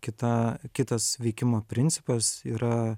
kita kitas veikimo principas yra